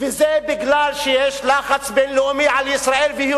וזה מפני שיש לחץ בין-לאומי על ישראל והיא